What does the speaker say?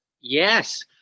Yes